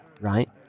right